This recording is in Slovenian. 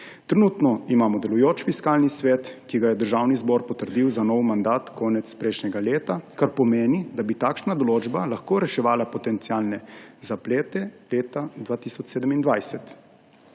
Trenutno imamo delujoč Fiskalni svet, ki ga je Državni zbor potrdil za nov mandat konec prejšnjega leta, kar pomeni, da bi takšna določba lahko reševala potencialne zaplete leta 2027.